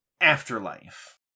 Afterlife